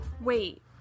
wait